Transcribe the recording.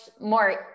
more